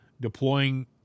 deploying